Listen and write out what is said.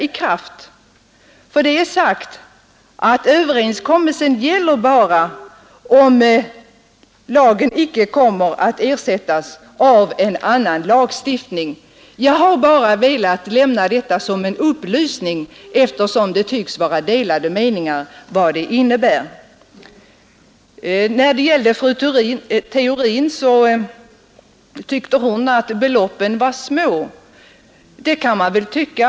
Överenskommelsen gäller nämligen för det fall affärstidslagen upphör och icke ersättes av en annan lagstiftning. Jag har velat lämna den upplysningen eftersom det tycks råda tveksamhet om innebörden av denna överenskommelse. Fru Theorin ansåg att beloppen för ob-tilläggen var små, och det kan man väl tycka.